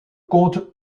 compte